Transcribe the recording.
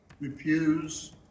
Refuse